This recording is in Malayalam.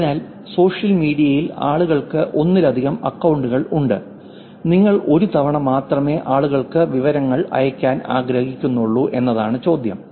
അതിനാൽ സോഷ്യൽ മീഡിയയിൽ ആളുകൾക്ക് ഒന്നിലധികം അക്കൌണ്ടുകൾ ഉണ്ട് നിങ്ങൾ ഒരു തവണ മാത്രമേ ആളുകൾക്ക് വിവരങ്ങൾ അയയ്ക്കാൻ ആഗ്രഹിക്കുന്നുള്ളൂ എന്നതാണ് ചോദ്യം